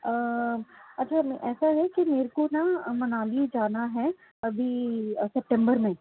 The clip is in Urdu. اچھا ایسا ہے کہ میرے کو نا منالی جانا ہے ابھی سپٹمبر میں